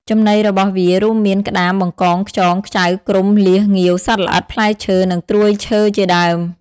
ចំណីរបស់វារួមមាន ក្តាម បង្កង ខ្យង ខ្ចៅ គ្រុំ លៀស ងាវ សត្វល្អិត ផ្លែឈើ និងត្រួយឈើជាដើម។